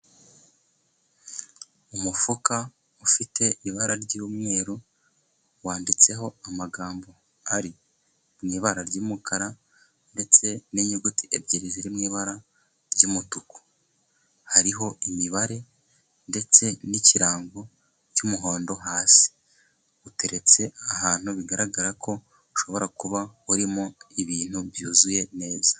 Umufuka ufite ibara ry'umweru, wanditseho amagambo ari mu ibara ry'umukara, ndetse n'inyuguti ebyiri ziri mui ibara ry'umutuku. Hariho imibare, ndetse n'ikirango cy'umuhondo hasi. Uteretse ahantu bigaragara ko ushobora kuba urimo ibintu byuzuye neza.